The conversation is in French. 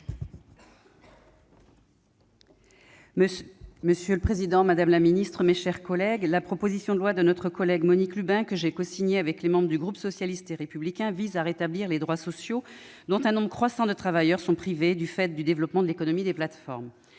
Monsieur le président, madame la ministre, mes chers collègues, la proposition de loi de notre collègue Monique Lubin, que j'ai cosignée avec les membres du groupe socialiste et républicain, vise à rétablir les droits sociaux dont un nombre croissant de travailleurs sont privés, du fait du développement de l'économie des plateformes.